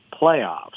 playoffs